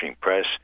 press